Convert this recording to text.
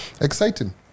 exciting